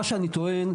מה שאני טוען,